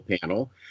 panel